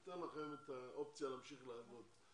אני נותן לכם את האופציה להמשיך לעבוד.